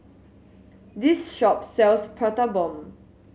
this shop sells Prata Bomb